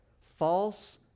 False